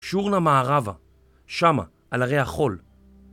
שורנה מערבה, שמה על הרי החול.